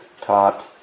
taught